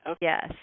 yes